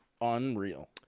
unreal